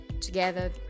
together